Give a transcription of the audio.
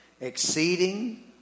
exceeding